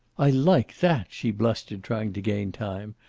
i like that! she blustered, trying to gain time.